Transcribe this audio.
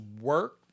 work